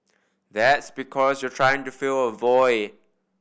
that's because you're trying to fill a void